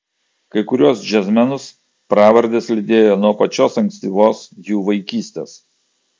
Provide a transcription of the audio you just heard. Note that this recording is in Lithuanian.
kai kuriuos džiazmenus pravardės lydėjo nuo pačios ankstyvos jų vaikystės